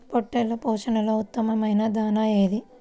పొట్టెళ్ల పోషణలో ఉత్తమమైన దాణా ఏది?